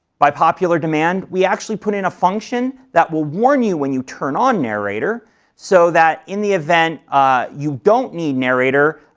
by popular demand, we actually put in a function that will warn you when you turn on narrator so that in the event ah you don't need narrator,